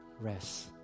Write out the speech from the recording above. rest